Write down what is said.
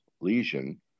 lesion